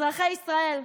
אזרחי ישראל,